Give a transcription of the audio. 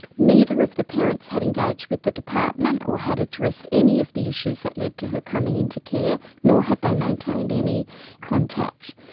neither of the parents had engaged with the department or had addressed any of the issues that led to her coming into care, nor had they maintained any contact.